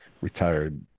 retired